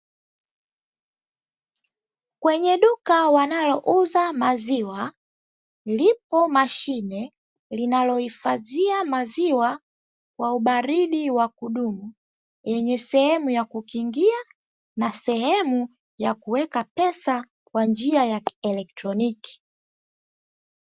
Kwenye duka wanalouza maziwa, lipo mashine linalohifadhia maziwa kwa ubaridi wa kudumu, yenye sehemu ya kukingia na sehemu ya kuweka pesa kwa njia ya kielotroniki.